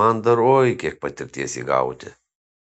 man dar oi kiek patirties įgauti